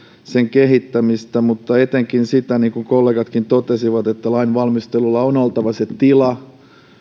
sen kehittämistä mutta etenkin sitä niin kuin kollegatkin totesivat että lainvalmistelulla on oltava se tila